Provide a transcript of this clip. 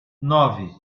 nove